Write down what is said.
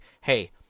hey